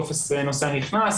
טופס נוסע נכנס,